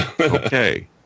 Okay